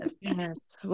Yes